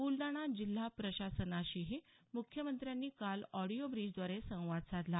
बुलडाणा जिल्हा प्रशासनाशीही मुख्यमंत्र्यांनी काल ऑडिओ ब्रीजद्वारे संवाद साधला